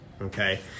Okay